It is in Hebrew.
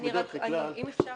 אם אפשר